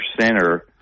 center